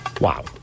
Wow